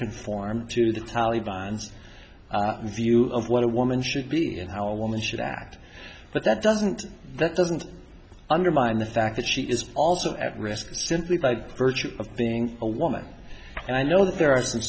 conform to the taliban's view of what a woman should be and how a woman should act but that doesn't that doesn't undermine the fact that she is also at risk simply by virtue of being a woman and i know that there are